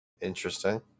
Interesting